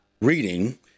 reading